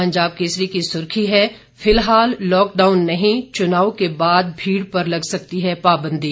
पंजाब केसरी की सुर्खी है फिलहाल लॉकडाउन नहीं चुनाव के बाद भीड़ पर लग सकती है पाबंदी